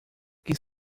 que